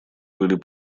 были